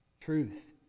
truth